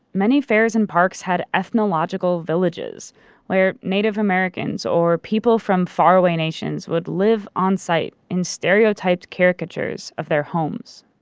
many fairs and parks had ethnological villages where native americans or people from far away nations would live onsite in stereotyped caricatures of their homes.